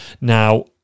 Now